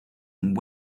and